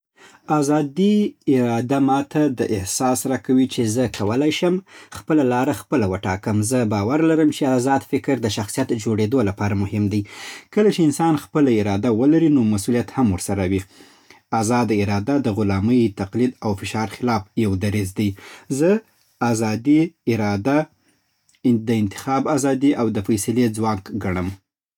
آزاد اراده ماته دا احساس راکوي چې زه کولی شم خپله لاره خپله وټاکم. زه باور لرم چې آزاد فکر د شخصیت جوړېدو لپاره مهم دی. کله چې انسان خپله اراده ولري، نو مسوولیت هم ورسره وي. آزاده اراده د غلامۍ، تقلید او فشار خلاف یو دریځ دی. زه آزادی اراده د انتخاب ازادي او د فیصلې ځواک ګڼم.